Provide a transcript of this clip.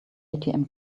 atm